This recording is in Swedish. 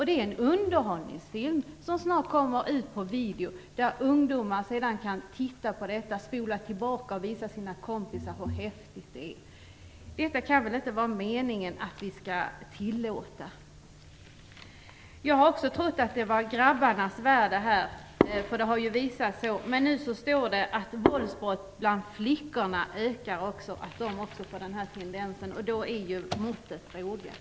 Det är en underhållningsfilm som snart kommer ut på video där ungdomar sedan kan titta på den, spola tillbaka och visa sina kompisar hur häftigt det är. Det är väl inte meningen att vi skall tillåta detta? Jag har trott att detta var grabbarnas värld. Men nu står det att läsa att våldsbrott bland flickorna ökar, att de visar samma tendens. Då är ju måttet rågat.